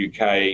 UK